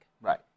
Right